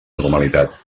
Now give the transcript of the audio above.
normalitat